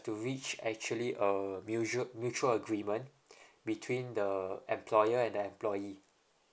to reach actually a mutual mutual agreement between the employer and employee